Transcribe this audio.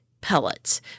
pellets